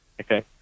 Okay